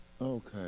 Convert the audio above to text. Okay